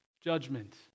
judgment